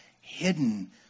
hidden